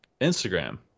instagram